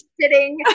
sitting